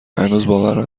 باور